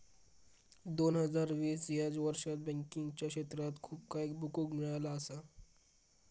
दोन हजार वीस ह्या वर्षात बँकिंगच्या क्षेत्रात खूप काय बघुक मिळाला असा